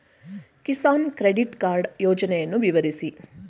Kisan credit card ಯೋಜನೆಯನ್ನು ವಿವರಿಸಿ?